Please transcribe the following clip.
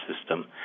system